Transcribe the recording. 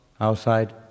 outside